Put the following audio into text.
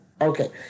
Okay